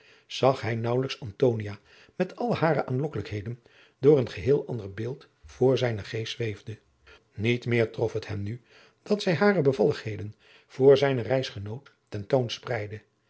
zag hij naauwelijks antonia met alle hare aanlokkelijkheden daar een geheel ander beeld voor zijnen geest zweefde niet meer trof het hem nu dat zij hare bevalligheden voor zijnen reisgenoot